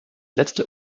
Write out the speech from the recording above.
letzte